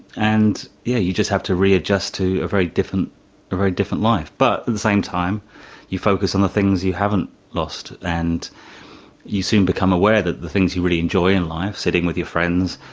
and, yeah, you just have to readjust to a very different very different life. but at the same time you focus on the things you haven't lost. and you soon become aware that the things you really enjoy in life sitting with your friends,